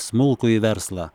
smulkųjį verslą